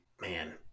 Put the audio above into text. man